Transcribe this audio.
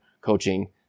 coaching